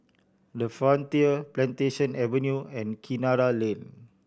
The Frontier Plantation Avenue and Kinara Lane